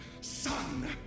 son